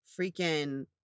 freaking